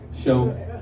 show